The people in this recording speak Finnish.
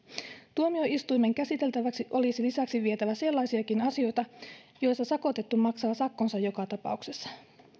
tuomioistuimen käsiteltäväksi olisi lisäksi vietävä sellaisiakin asioita joissa sakotettu maksaa sakkonsa joka tapauksessa